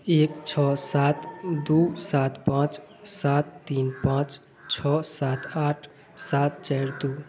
एक छः सात दू सात पाँच सात तीन पाँच छः सात आठ सात चार दो